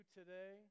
today